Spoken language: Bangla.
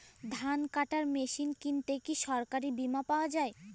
ধান কাটার মেশিন কিনতে কি সরকারী বিমা পাওয়া যায়?